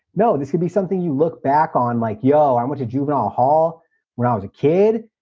no. this could be something you look back on, like, yo, i went to juvenile hall when i was a kid.